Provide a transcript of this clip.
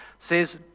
says